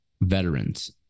veterans